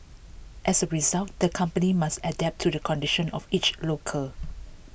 as A result the company must adapt to the conditions of each local